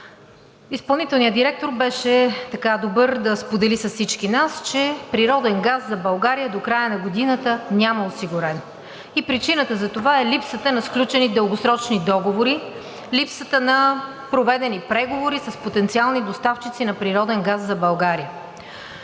Изпълнителният директор беше така добър да сподели с всички нас, че природен газ за България до края на годината няма осигурен и причината за това е липсата на сключени дългосрочни договори, липсата на проведени преговори с потенциални доставчици на природен газ за България.